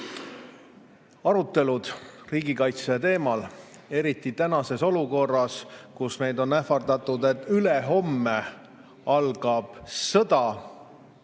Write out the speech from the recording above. Arutelud riigikaitse teemal, eriti tänases olukorras, kus meid on ähvardatud, et ülehomme algab sõda,